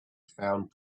found